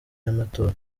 y’amatora